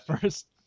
first